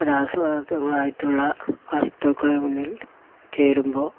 രാസപദാർത്ഥങ്ങൾ ആയിട്ടുള്ള വസ്തുക്കൾ മണ്ണിൽ ചേരുമ്പോൾ